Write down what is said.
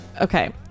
Okay